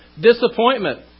disappointment